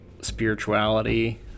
spirituality